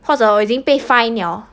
或者我已经被 fine liao